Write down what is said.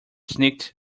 sneaked